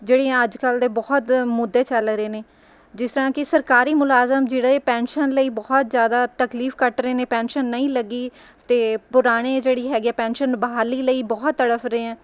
ਜਿਹੜੀਆਂ ਅੱਜ ਕੱਲ੍ਹ ਦੇ ਬਹੁਤ ਮੁੱਦੇ ਚੱਲ ਰਹੇ ਨੇ ਜਿਸ ਤਰ੍ਹਾਂ ਕਿ ਸਰਕਾਰੀ ਮੁਲਾਜ਼ਮ ਜਿਹੜੇ ਪੈਨਸ਼ਨ ਲਈ ਬਹੁਤ ਜ਼ਿਆਦਾ ਤਕਲੀਫ ਘੱਟ ਰਹੇ ਨੇ ਪੈਨਸ਼ਨ ਨਹੀਂ ਲੱਗੀ ਅਤੇ ਪੁਰਾਣੇ ਜਿਹੜੀ ਹੈਗੀ ਪੈਨਸ਼ਨ ਬਹਾਲੀ ਲਈ ਬਹੁਤ ਤੜਫ ਰਹੇ ਹੈ